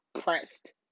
pressed